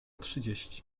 trzydzieści